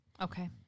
Okay